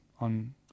on